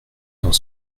dans